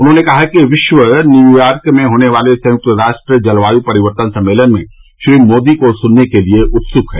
उन्होंने कहा कि विश्व न्यूयॉर्क में होने वाले संयुक्त राष्ट्र जलवायु परिवर्तन सम्मेलन में श्री मोदी को सुनने के लिए उत्सुक हैं